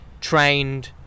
trained